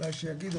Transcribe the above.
אולי שיגידו,